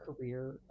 career